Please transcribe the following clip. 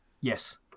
yes